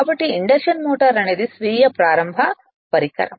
కాబట్టి induction motor అనేది స్వీయ ప్రారంభ పరికరం